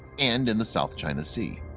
and in the south china sea.